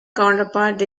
counterpart